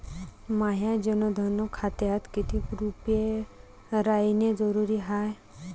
माह्या जनधन खात्यात कितीक रूपे रायने जरुरी हाय?